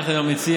יחד עם המציע.